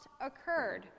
occurred